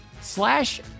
slash